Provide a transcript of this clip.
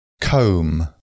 Comb